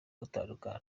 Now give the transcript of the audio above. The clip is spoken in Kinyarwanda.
gutandukana